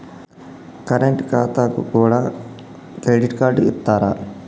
Current ఖాతాకు కూడా credit card ఇత్తరా?